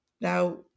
Now